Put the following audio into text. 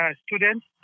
students